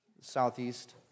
southeast